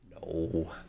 No